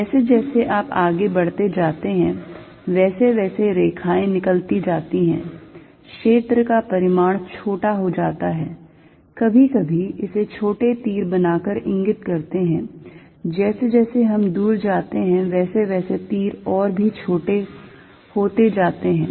जैसे जैसे आप आगे बढ़ते जाते हैं वैसे वैसे रेखाएँ निकलती जाती हैं क्षेत्र का परिमाण छोटा हो जाता है कभी कभी इसे छोटे तीर बनाकर इंगित करते हैं जैसे जैसे हम और दूर जाते है वैसे वैसे तीर और भी छोटे होते जाते हैं